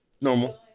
Normal